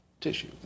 tissue